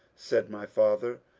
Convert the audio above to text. said my father,